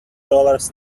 dollars